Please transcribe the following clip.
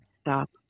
stop